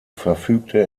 verfügte